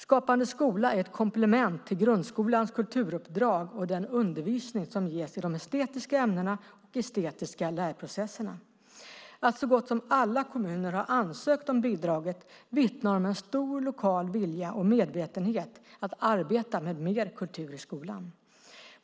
Skapande skola är ett komplement till grundskolans kulturuppdrag och den undervisning som ges i de estetiska ämnena och estetiska lärprocesserna. Att så gott som alla kommuner har ansökt om bidraget vittnar om en stor lokal vilja och medvetenhet att arbeta med mer kultur i skolan.